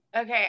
Okay